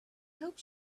hope